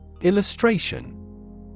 Illustration